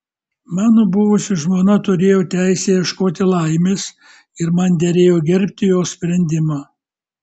mano buvusi žmona turėjo teisę ieškoti laimės ir man derėjo gerbti jos sprendimą